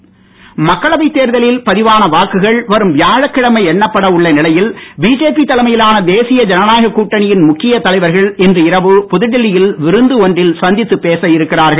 சந்திப்பு மக்களவை தேர்தலில் பதிவான வாக்குகள் வரும் வியாழக்கிழமை எண்ணப்பட உள்ள நிலையில் பிஜேபி தலைமையிலான தேசிய ஜனநாயக கூட்டணியின் முக்கியத் தலைவர்கள் இன்று இரவு புதுடெல்லியில் விருந்து ஒன்றில் சந்தித்து பேச இருக்கிறார்கள்